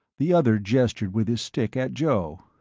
the other gestured with his stick at joe.